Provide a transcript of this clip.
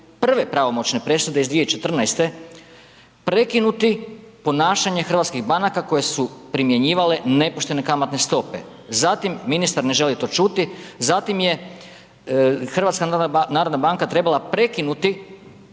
prve pravomoćne presude iz 2014. prekinuti ponašanje hrvatskih banaka koje su primjenjivale nepoštene kamatne stope. Zatim ministar ne želi to čuti, zatim je HNB trebala prekinuti